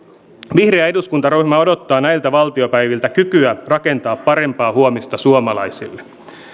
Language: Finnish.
vihreä eduskuntaryhmä odottaa näiltä valtiopäiviltä kykyä rakentaa parempaa huomista suomalaisille